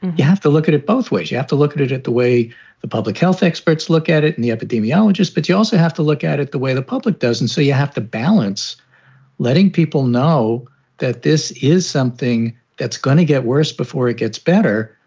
you have to look at it both ways. you have to look at it at the way the public health experts look at it. and the epidemiologists. but you also have to look at it the way the public doesn't. so you have to balance letting people know that this is something that's going to get worse before it gets better.